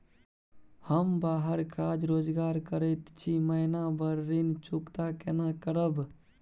हम बाहर काज रोजगार करैत छी, महीना भर ऋण चुकता केना करब?